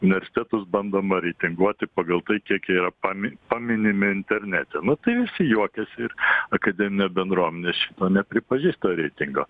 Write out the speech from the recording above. universitetus bandoma reitinguoti pagal tai kiek yra pami paminimi internete nu tai visi juokiasi ir akademinė bendruomenė šito nepripažįsta reitingo